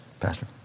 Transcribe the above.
pastor